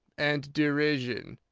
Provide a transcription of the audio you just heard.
and derision.